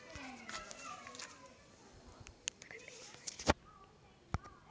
ಸೇವಂತಿಗೆ ಹೂವುಗೊಳ್ ಅಲಂಕಾರ ಮಾಡ್ಲುಕ್ ಮತ್ತ ಇವು ಕೆಂಪು, ಹಳದಿ ಮತ್ತ ಗುಲಾಬಿ ಬಣ್ಣದಾಗ್ ಇರ್ತಾವ್